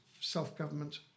self-government